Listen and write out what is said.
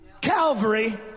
Calvary